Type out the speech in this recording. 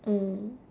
mm